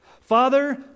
Father